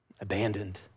Abandoned